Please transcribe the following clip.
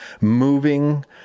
moving